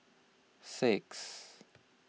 six